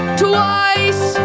twice